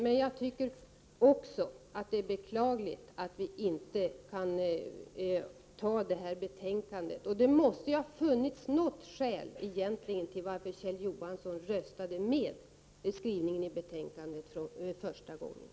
Jag tycker också att det är beklagligt att vi nu inte kan anta detta betänkande. Det måste ha funnits något skäl till att Kjell Johansson röstade för skrivningen i betänkandet första gången.